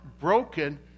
broken